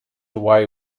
away